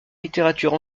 littérature